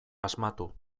asmatu